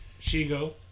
Shigo